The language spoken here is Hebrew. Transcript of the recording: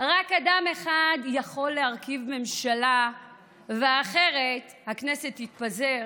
רק אדם אחד יכול להרכיב ממשלה ואחרת הכנסת תתפזר,